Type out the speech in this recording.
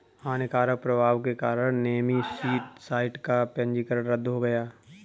हानिकारक प्रभाव के कारण नेमाटीसाइड का पंजीकरण रद्द हो गया